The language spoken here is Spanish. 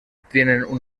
tienen